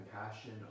compassion